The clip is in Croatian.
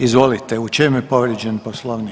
Izvolite, u čemu je povrijeđen Poslovnik?